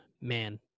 man